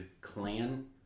clan